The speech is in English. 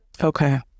Okay